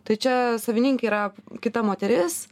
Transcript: tai čia savininkė yra kita moteris